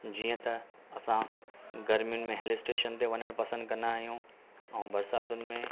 जीअं त असां गर्मियुनि में हिल स्टेशन ते वञणु पसंदि कंदा आहियूं ऐं बरिसातुनि में